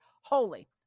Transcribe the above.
holy